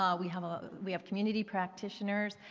um we have ah we have community practitioners,